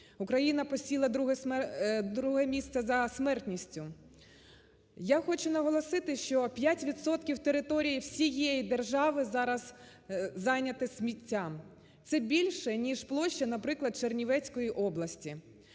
Україна посіла друге місце за смертністю. Я хочу наголосити, що 5 відсотків території всієї держави зараз зайняте сміттям. Це більше, ніж площа, наприклад, Чернівецької області.